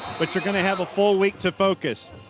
but you're going to have a full week to focus.